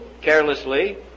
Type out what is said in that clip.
carelessly